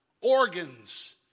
organs